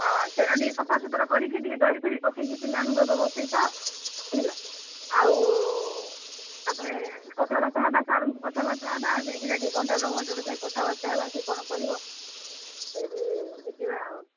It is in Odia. ହଁ ସେଟା ବି ସଫା ସୁତରା କରିକି ଟିକେ ଦରି ଫରି ପକେଇ ପିଲାମାନଙ୍କୁ ଏବେ ବସେଇ ଥା ବୁଝିଲ ଆଉ ତାପରେ କଥାବାର୍ତ୍ତା ହେବା ସାର୍ଙ୍କୁ କଥାବାର୍ତ୍ତା ହେବା ଯାଇକି ସେଠି କଣ୍ଟ୍ରାକ୍ଟର୍ ଫଣ୍ଟ୍ରାକ୍ଟର୍ ସାଙ୍ଗରେ କଥାବାର୍ତ୍ତା ହେବା ସେ କ'ଣ କରିବ ଯାଇକି ବୁଝିବା ଆଉ